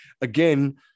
Again